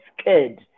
scared